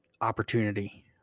opportunity